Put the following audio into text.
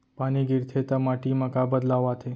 पानी गिरथे ता माटी मा का बदलाव आथे?